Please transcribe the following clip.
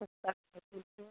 सस्ता में दीजिए